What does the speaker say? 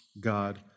God